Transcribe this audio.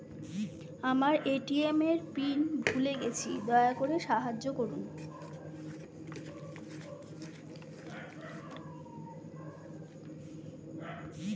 আমার এ.টি.এম এর পিন ভুলে গেছি, দয়া করে সাহায্য করুন